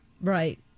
right